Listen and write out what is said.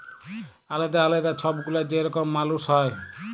আলেদা আলেদা ছব গুলা যে রকম মালুস হ্যয়